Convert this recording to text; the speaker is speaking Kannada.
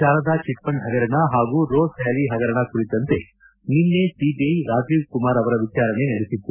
ಶಾರದಾ ಚಿಟ್ಫಂಡ್ ಪಗರಣ ಹಾಗೂ ರೋಸ್ ವ್ಲಾಲಿ ಹಗರಣ ಕುರಿತಂತೆ ನಿನ್ನೆ ಸಿಬಿಐ ರಾಜೀವ್ಕುಮಾರ್ ಅವರ ವಿಚಾರಣೆ ನಡೆಸಿತ್ತು